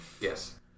Yes